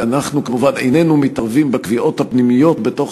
ואנחנו כמובן איננו מתערבים בקביעות הפנימיות בתוך